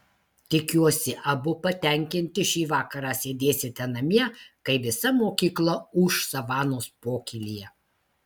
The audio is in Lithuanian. tikiuosi abu patenkinti šį vakarą sėdėsite namie kai visa mokykla ūš savanos pokylyje